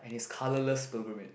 and his colorless pilgrimage